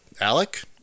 alec